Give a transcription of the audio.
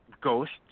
ghosts